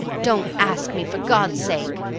don't ask me, for god's sake!